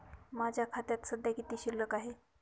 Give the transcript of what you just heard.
माझ्या खात्यात सध्या किती शिल्लक आहे?